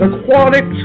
Aquatic